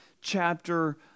chapter